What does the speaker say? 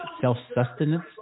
self-sustenance